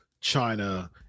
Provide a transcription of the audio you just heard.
China